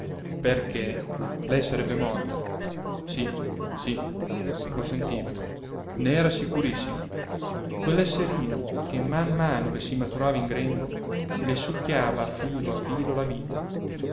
perché lei sarebbe morta sì sì lo sentiva n'era sicurissima quell'esserino che man mano le si maturava in grembo le succhiava a filo a filo la vita